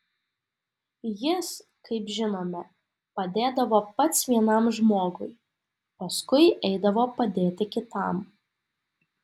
jis kaip žinome padėdavo pats vienam žmogui paskui eidavo padėti kitam